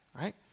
right